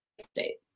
state